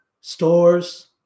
stores